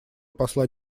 посла